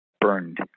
burned